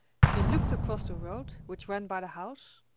she looked across the road which ran by the house,